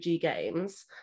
games